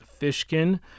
Fishkin